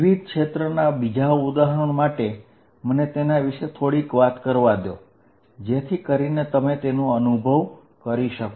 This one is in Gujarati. વિદ્યુતક્ષેત્રના બીજા ઉદાહરણ માટે મને તેના વિશે થોડીક વાત કરવા દો જેથી કરીને તમે તેનો અનુભવ કરી શકો